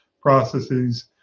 processes